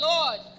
Lord